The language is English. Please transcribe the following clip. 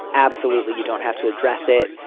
absolutely. you don't have to address it.